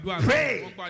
Pray